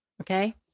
okay